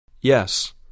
Yes